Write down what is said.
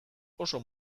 oso